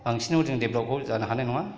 बांसिनाव जों डेभेलपखौ जानो हानाय नङा